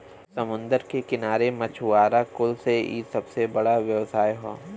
समुंदर के किनारे मछुआरा कुल से इ सबसे बड़ा व्यवसाय हौ